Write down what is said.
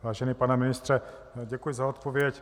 Vážený pane ministře, děkuji za odpověď.